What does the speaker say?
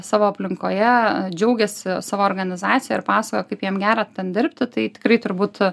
savo aplinkoje džiaugiasi savo organizacija ir pasok kaip jam gera ten dirbti tai tikrai turbūt